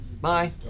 Bye